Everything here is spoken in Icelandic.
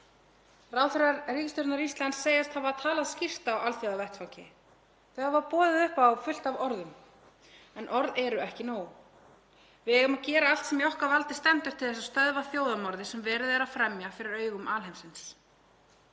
Ráðherrar ríkisstjórnar Íslands segjast hafa talað skýrt á alþjóðavettvangi, þau hafa boðið upp á fullt af orðum, en orð eru ekki nóg. Við eigum að gera allt sem í okkar valdi stendur til að stöðva þjóðarmorðið sem verið er að fremja fyrir augum alheimsins.